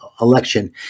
election